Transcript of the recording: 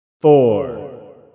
Four